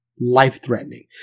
life-threatening